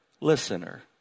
listener